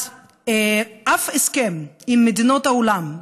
אז אף הסכם עם מדינות העולם,